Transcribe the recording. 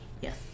Yes